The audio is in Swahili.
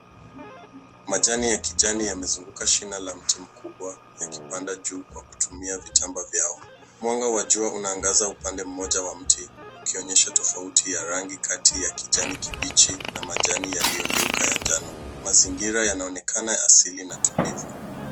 Majani ya kijani yamezunguka shina la mti mkubwa yakipanda juu kwa kutumia vitambaa vyao. Mwanga wa jua unaangaza upande mmoja wa mti, ukionyesha tofauti ya rangi kati ya kijani kibichi na majani yaliyogeuka ya njano. Mazingira yanaonekana ya asili na tulivu.